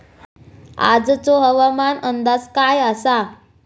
आजचो हवामान अंदाज काय आसा?